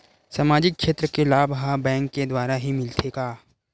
सामाजिक क्षेत्र के लाभ हा बैंक के द्वारा ही मिलथे का?